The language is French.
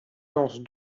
lance